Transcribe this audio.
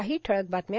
काही ठळक बातम्या